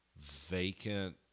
vacant